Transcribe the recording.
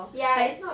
ya it's not bad